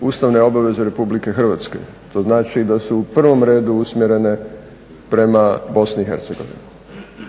ustavne obaveze RH, to znači da su u prvom redu usmjerene prema BiH, a onda